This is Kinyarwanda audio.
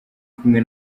kumwe